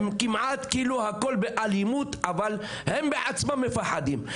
הכל באלימות, אבל הם בעצמם מפחדים.